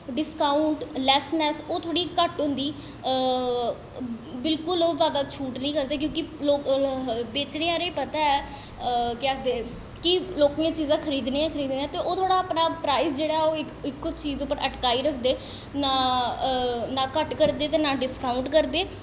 discount चीजां लैसनैस ओह् थोह्ड़ी घट्ट होंदी बिल्कुल ओह् जैदा शूट निं करदे क्योंकि बेचने आह्लें गी पता ऐ केह् आखदे कि लोकें चीजां खरीदनियां गै खरीदनियां ते ओह् थोह्ड़ा अपना प्राइस जेह्ड़ा ऐ इक चीज पर अटकाई रक्खदे नां घट्ट करदे ते नां डिसकाउंट करदे